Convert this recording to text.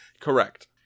Correct